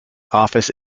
office